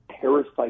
parasite